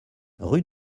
rue